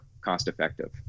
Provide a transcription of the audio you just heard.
cost-effective